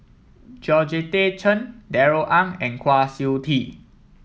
Georgette Chen Darrell Ang and Kwa Siew Tee